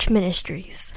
Ministries